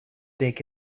dick